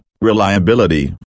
reliability